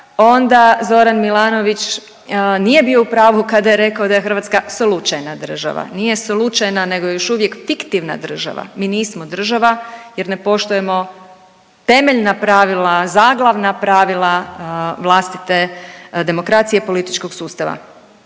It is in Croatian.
onda Zoran Milanović nije bio u pravu kada je rekao da je Hrvatska slučajna država. Nije slučajna nego je još uvijek fiktivna država, mi nismo država jer ne poštujemo temeljna pravila, zaglavna pravila vlastite demokracije i političkog sustava.